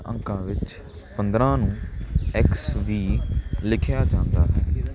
Roman ਅੰਕਾਂ ਵਿੱਚ ਪੰਦਰਾਂ ਨੂੰ ਐਕਸ ਵੀ ਲਿਖਿਆ ਜਾਂਦਾ ਹੈ